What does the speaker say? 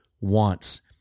wants